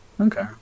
Okay